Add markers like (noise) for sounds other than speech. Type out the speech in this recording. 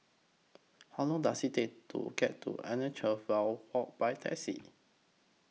(noise) How Long Does IT Take to get to Anna (unintelligible) Walk By Taxi